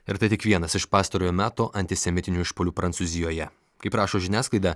ir tai tik vienas iš pastarojo meto antisemitinių išpuolių prancūzijoje kaip rašo žiniasklaida